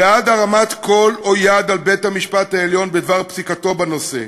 ועד הרמת קול או יד על בית-המשפט העליון בדבר פסיקתו בנושא,